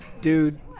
dude